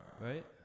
Right